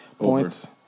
points